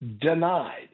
Denied